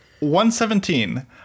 117